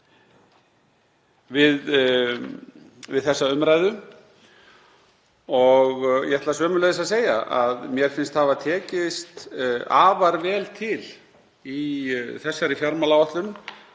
við þessa umræðu. Ég ætla sömuleiðis að segja að mér finnst hafa tekist afar vel til í þessari fjármálaáætlun